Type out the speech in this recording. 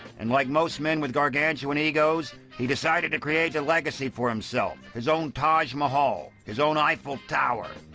and, like most men with gargantuan egos, he decided to create a legacy for himself his own taj mahal, his own eiffel tower.